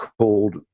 called